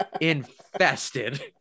Infested